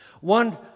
One